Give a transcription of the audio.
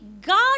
God